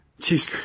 Cheese